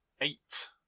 eight